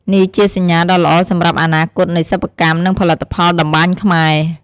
នេះជាសញ្ញាដ៏ល្អសម្រាប់អនាគតនៃសិប្បកម្ម និងផលិតផលតម្បាញខ្មែរ។